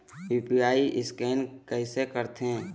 UPI scan कइसे करथे?